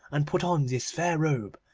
and put on this fair robe,